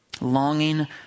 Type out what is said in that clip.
Longing